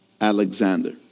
Alexander